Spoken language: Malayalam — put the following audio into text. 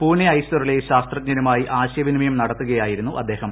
പൂനെ ഐസറിലെ ശാസ്ത്രജ്ഞരുമായി ആശയവിനിമയം നടത്തുകയായിരുന്നു അദ്ദേഹം